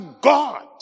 God